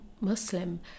Muslim